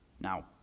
Now